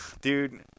dude